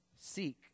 seek